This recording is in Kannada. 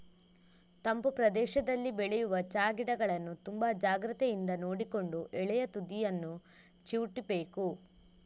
ತಂಪು ಪ್ರದೇಶದಲ್ಲಿ ಬೆಳೆಯುವ ಚಾ ಗಿಡಗಳನ್ನ ತುಂಬಾ ಜಾಗ್ರತೆಯಿಂದ ನೋಡಿಕೊಂಡು ಎಲೆಯ ತುದಿಯನ್ನ ಚಿವುಟ್ಬೇಕು